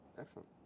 Excellent